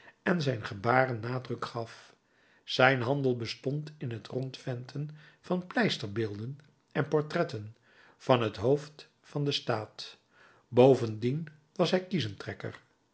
en zijn gebaren nadruk gaf zijn handel bestond in het rondventen van pleisterbeelden en portretten van het hoofd van den staat bovendien was hij